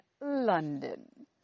London